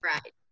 Right